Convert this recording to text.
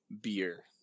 beer